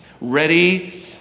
ready